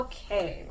Okay